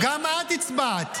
--- גם את הצבעת.